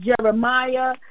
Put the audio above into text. Jeremiah